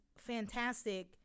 fantastic